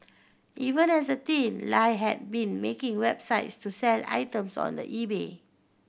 even as a teen Lie had been making websites to sell items on the eBay